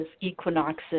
equinoxes